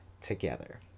together